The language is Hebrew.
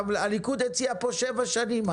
הליכוד הציע בהסתייגויות כאן הארכה שבע שנים.